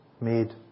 made